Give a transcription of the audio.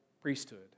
priesthood